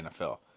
NFL